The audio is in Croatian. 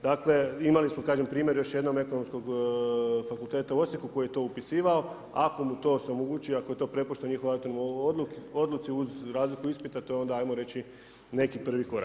Dakle, imali smo kažem primjer, još jednom ekonomskog fakulteta u Osijeku koji je to upisivao, a ako mu to se omogući, ako je to prepušteno njihovoj … odluci, uz razliku ispita, to je onda, ajmo reći, neki prvi korak.